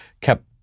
kept